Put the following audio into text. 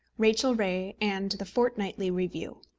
rachel ray and the fortnightly review.